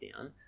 down